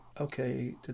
okay